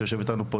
שיושב איתנו פה,